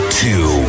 two